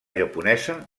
japonesa